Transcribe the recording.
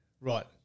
Right